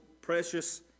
precious